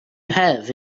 have